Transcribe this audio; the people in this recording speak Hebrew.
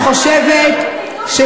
זאת המדיניות של הממשלה שלכם,